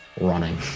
running